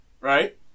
right